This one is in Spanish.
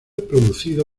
producido